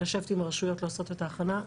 לשבת עם הרשויות לעשות את ההכנה.